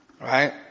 Right